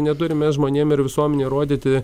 neturime žmonėm ir visuomenei rodyti